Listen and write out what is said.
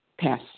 Pass